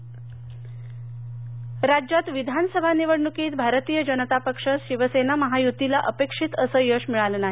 चंद्रकांत पाटील राज्यात विधानसभा निवडणुकीत भारतीय जनता पक्ष शिवसेना महायुतीला अपेक्षित असं यश मिळालं नाही